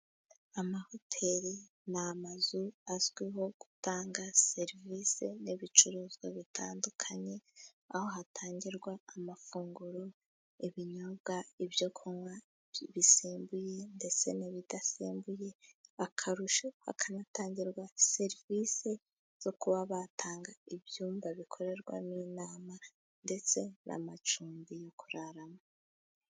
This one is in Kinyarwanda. Amahoteli ni amazu azwiho gutanga serivisi n'ibicuruzwa bitandukanye .Aho hatangirwa amafunguro ibinyobwa ibyo kunywa bisembuye ndetse n'ibidasembuye . Akarusho hakanatangirwa serivisi zo kuba batanga ibyumba bikorerwamo inama ndetse n'amacumbi yo kuraramo.